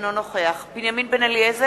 אינו נוכח בנימין בן-אליעזר,